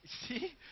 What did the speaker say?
See